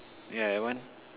yeah I want